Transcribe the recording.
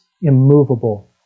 immovable